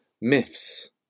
myths